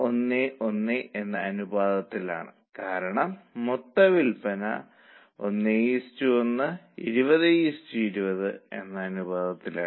ഒന്നാമതായി നിലവിലെ ഡ്രാഫ്റ്റ് ശരിയായ ഫോർമാറ്റിൽ രേഖപ്പെടുത്തുക